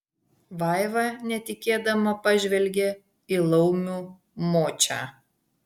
vaiva netikėdama pažvelgė į laumių močią